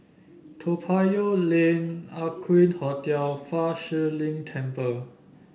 Toa Payoh Lane Aqueen Hotel Fa Shi Lin Temple